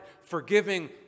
forgiving